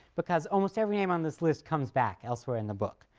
because almost every name on this list comes back elsewhere in the book.